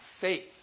faith